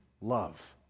love